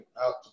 out